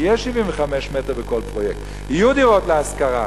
יהיה 75 מטרים בכל פרויקט, יהיו דירות להשכרה.